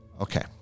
Okay